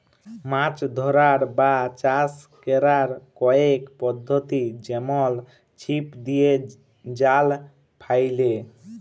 মাছ ধ্যরার বা চাষ ক্যরার কয়েক পদ্ধতি যেমল ছিপ দিঁয়ে, জাল ফ্যাইলে